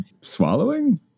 swallowing